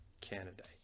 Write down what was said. candidate